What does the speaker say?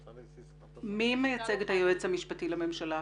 מי מייצג כאן את היועץ המשפטי לממשלה?